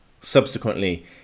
Subsequently